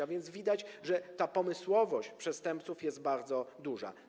A więc widać, że pomysłowość przestępców jest bardzo duża.